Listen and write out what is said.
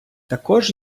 також